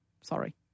sorry